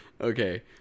Okay